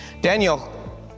Daniel